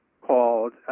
called